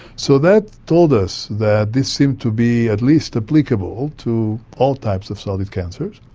so that told us that this seemed to be at least applicable to all types of solid cancers.